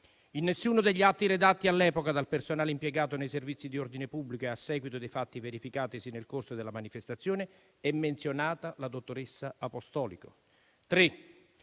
In alcuno degli atti redatti all'epoca dal personale impiegato nei servizi di ordine pubblico e a seguito dei fatti verificatisi nel corso della manifestazione è menzionata la dottoressa Apostolico.